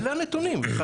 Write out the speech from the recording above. כמובן.